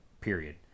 period